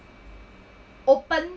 open